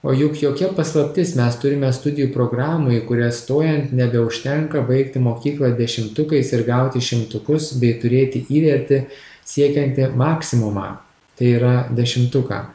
o juk jokia paslaptis mes turime studijų programų į kurias stojant nebeužtenka baigti mokyklą dešimtukais ir gauti šimtukus bei turėti įvertį siekiantį maksimumą tai yra dešimtuką